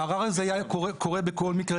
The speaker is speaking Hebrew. הערר הזה היה קורה בכל מקרה,